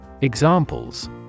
Examples